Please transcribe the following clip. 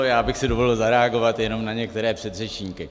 Já bych si dovolil zareagovat jenom na některé předřečníky.